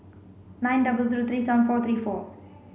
nine double zero three seven four three four